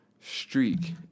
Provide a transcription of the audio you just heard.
streak